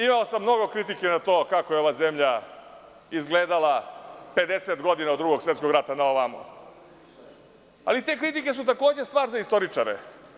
Imao sam mnogo kritike na to kako je ova zemlja izgledala 50 godina od Drugog svetskog rata na ovamo, ali te kritike su takođe stvar za istoričare.